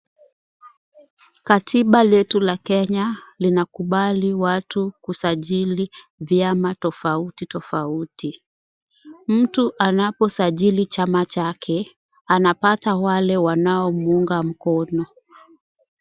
Katiba letu la Kenya linakubali watu kusajili vyama tofauti tofauti. Mtu anaposajili chama chake anapata wale wanao muunga mkono.